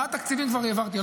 ארבעה תקציבים כבר העברתי.